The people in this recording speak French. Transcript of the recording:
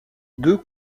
deux